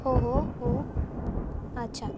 हो हो हो अच्छा